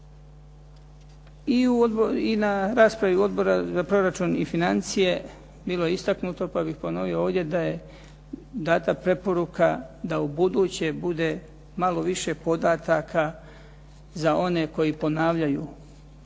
I na raspravi Odbora za proračun i financije bilo je istaknuto pa bih ponovio ovdje da je data preporuka da ubuduće bude malo više podataka za one koji ponavljaju najčešće